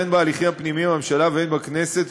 הן בהליכים הפנימיים בממשלה והן בכנסת,